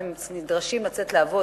כשהם נדרשים לצאת לעבוד,